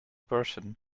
person